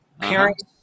Parents